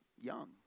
young